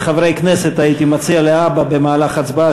לחברי הכנסת הייתי מציע להבא במהלך הצבעה